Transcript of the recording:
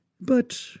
But